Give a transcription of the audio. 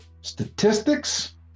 statistics